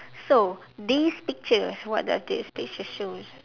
so this pictures what does this picture shows